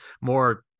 more